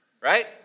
right